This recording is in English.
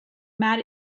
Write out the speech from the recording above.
mad